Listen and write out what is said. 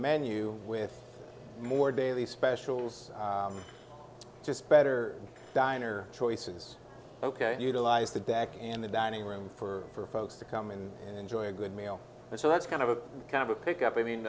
menu with more daily specials just better diner choices ok and utilize the back and the dining room for folks to come in and enjoy a good meal so that's kind of a kind of a pick up i mean